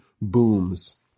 booms